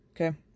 Okay